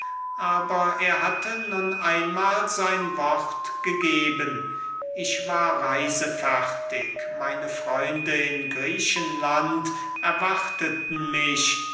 aber er hatte nun einmahl sein wort gegeben ich war reisefertig meine freunde in griechenland erwarteten mich